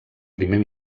primer